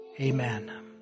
Amen